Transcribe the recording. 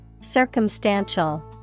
Circumstantial